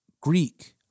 Greek